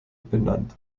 benannt